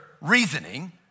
reasoning